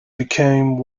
became